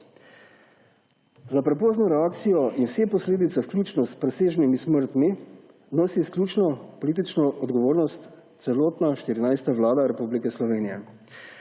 Za prepozno reakcijo in vse posledice, vključno s presežnimi smrtmi, nosi izključno politično odgovornost celotna 14. vlada Republike Slovenije